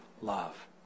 love